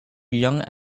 young